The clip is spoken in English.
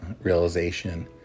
realization